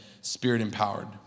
spirit-empowered